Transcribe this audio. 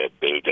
build